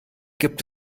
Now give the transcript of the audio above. gibt